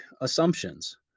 assumptions